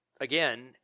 again